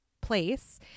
place